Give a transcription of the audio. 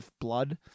blood